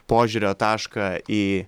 požiūrio tašką į